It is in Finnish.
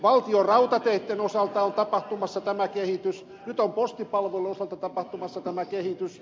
valtionrautateitten osalta on tapahtumassa tämä kehitys nyt on postipalvelujen osalta tapahtumassa tämä kehitys